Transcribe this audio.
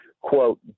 quote